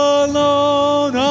alone